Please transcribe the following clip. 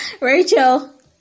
Rachel